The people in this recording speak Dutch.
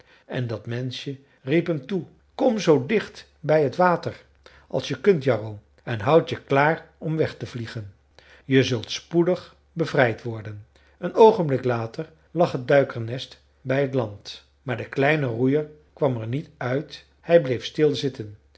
en dat menschje riep hem toe kom zoo dicht bij t water als je kunt jarro en houd je klaar om weg te vliegen je zult spoedig bevrijd worden een oogenblik later lag het duikernest bij t land maar de kleine roeier kwam er niet uit hij bleef